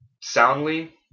soundly